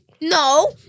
No